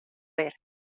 ver